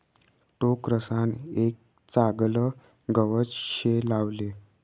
टोकरसान एक चागलं गवत से लावले